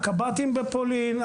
הקב"טים בפולין,